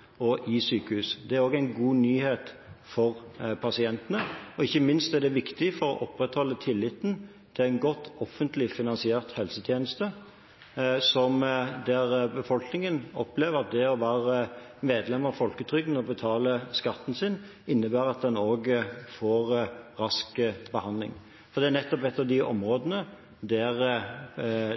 både til sykehus og i sykehus. Det er også en god nyhet for pasientene. Ikke minst er det viktig for å opprettholde tilliten til en godt offentlig finansiert helsetjeneste, der befolkningen opplever at det å være medlem av folketrygden og betale skatten sin, innebærer at en òg får rask behandling. Det er nettopp et av de områdene der